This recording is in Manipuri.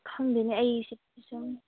ꯈꯪꯗꯦꯅꯦ ꯑꯩꯁꯤ ꯁꯨꯝ